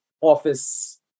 office